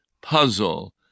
puzzle